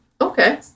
Okay